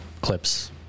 clips